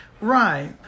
Right